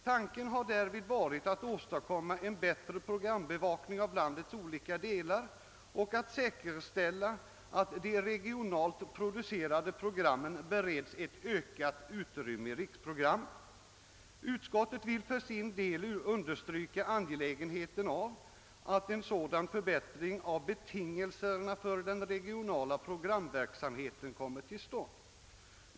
Tanken har därvid varit att åtstadkomma en bättre programbevakning av landets olika delar och att säkerställa att de regionalt producerade programmen bereds ett ökat utrymme i riksprogrammen. Utskottet vill för sin del understryka angelägenheten av att en sådan förbättring av betingelserna för den re gionala programverksamheten kommer till stånd.